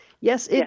Yes